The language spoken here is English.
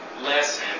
lesson